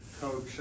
Coach